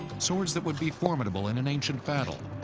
swords that would be formidable in an ancient battle.